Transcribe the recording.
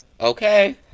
Okay